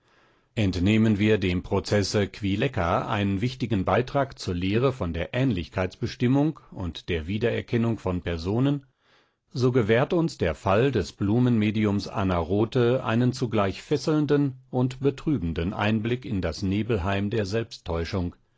entnehmen wir dem prozesse kwilecka einen wichtigen beitrag zur lehre von der ähnlichkeitsbestimmung und der wiedererkennung von personen sonen so gewährt uns der fall des blumenmediums anna rothe einen zugleich fesselnden und betrübenden einblick in das nebelheim der selbsttäuschung